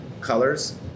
colors